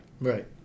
Right